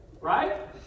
Right